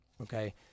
Okay